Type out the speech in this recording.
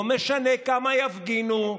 לא משנה כמה יפגינו,